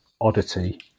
oddity